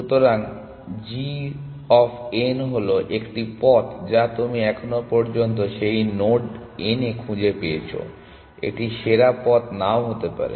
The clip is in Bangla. সুতরাং g অফ n হলো একটি পথ যা তুমি এখনও পর্যন্ত সেই নোড n এ খুঁজে পেয়েছো এটি সেরা পথ নাও হতে পারে